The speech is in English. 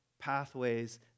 pathways